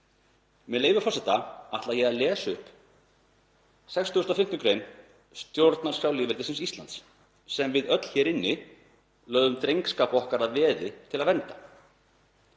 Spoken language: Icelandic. Með leyfi forseta ætla ég að lesa upp 1. mgr. 65. gr. stjórnarskrár lýðveldisins Íslands sem við öll hér inni lögðum drengskap okkar að veði til að vernda: